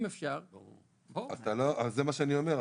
זה מה שאני אומר,